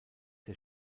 der